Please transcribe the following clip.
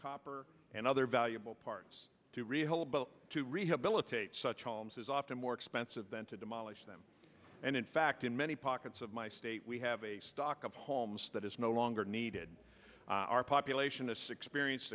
copper and other valuable parts to re hold to rehabilitate such homes is often more expensive than to demolish them and in fact in many pockets of my state we have a stock of homes that is no longer needed our population this experience